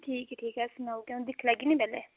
ठीक ऐ ठीक सनाओ दिक्खी लैगी नीं पैह्लें